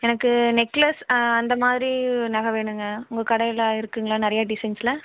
எனக்கு நெக்லஸ் அந்த மாதிரி நகை வேணுங்க உங்கள் கடையில் இருக்குதுங்களா நிறையா டிசைன்ஸ்சில்